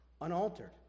unaltered